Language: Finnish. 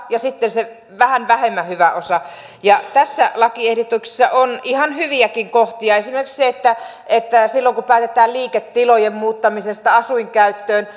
ja sitten se vähän vähemmän hyvä osa tässä lakiehdotuksessa on ihan hyviäkin kohtia esimerkiksi se että että silloin kun päätetään liiketilojen muuttamisesta asuinkäyttöön